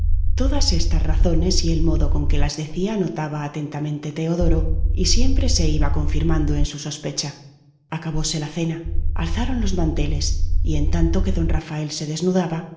todas estas razones y el modo con que las decía notaba atentamente teodoro y siempre se iba confirmando en su sospecha acabóse la cena alzaron los manteles y en tanto que don rafael se desnudaba